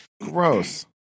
Gross